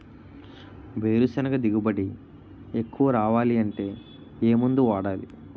వేరుసెనగ దిగుబడి ఎక్కువ రావాలి అంటే ఏ మందు వాడాలి?